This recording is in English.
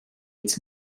its